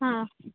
ಹಾಂ